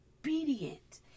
obedient